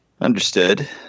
Understood